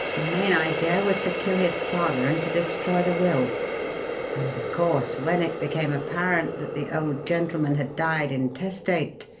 the main idea was to kill his father and to destroy the will and of course, when it became apparent that the old gentleman had died intestate,